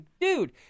dude